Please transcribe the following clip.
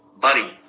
Buddy